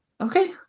Okay